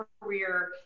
career